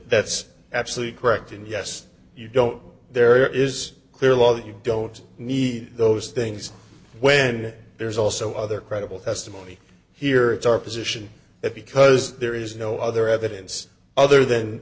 that's absolutely correct and yes you don't there is a clear law that you don't need those things when there's also other credible testimony here it's our position that because there is no other evidence other than